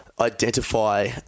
identify